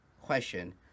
question